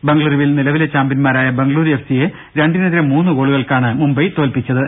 ബംഗളൂരുവിൽ നിലവിലെ ചാമ്പ്യന്മാരായ ബംഗളൂരു എഫ് സി യെ രണ്ടിനെതിരെ മുന്നു ഗോളുകൾക്കാണ് മുംബൈ തോല്പിച്ചത്